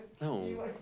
No